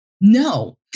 No